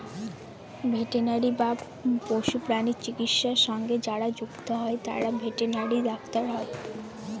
veterinary বা পশুপ্রাণী চিকিৎসা সঙ্গে যারা যুক্ত হয় তারা ভেটেনারি ডাক্তার হয়